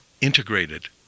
integrated